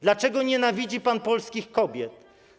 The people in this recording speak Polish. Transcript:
Dlaczego nienawidzi pan polskich kobiet?